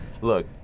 Look